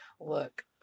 Look